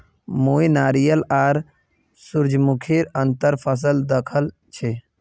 मुई नारियल आर सूरजमुखीर अंतर फसल दखल छी